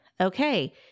okay